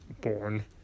born